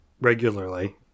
regularly